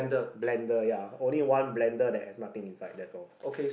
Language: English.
blender ya only one blender there have nothing inside that's all